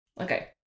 Okay